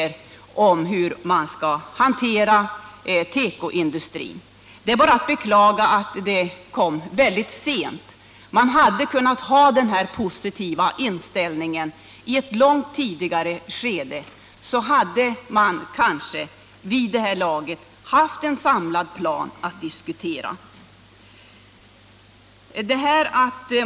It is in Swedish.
I det här sammanhanget vill jag konstatera att både Rune Ångström och Birgitta Hambraeus har sagt väldigt mycket positivt när det gäller hur man skall hantera tekoindustrin. Det är bara att beklaga att detta kom så sent.